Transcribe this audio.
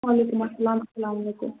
وعلیکُم اسلام اسلامُ علیکُم